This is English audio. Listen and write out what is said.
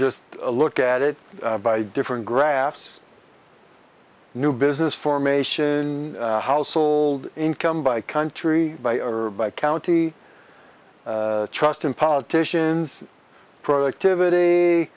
just a look at it by different graphs new business formation household income by country by or by county trust in politicians productivity